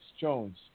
Jones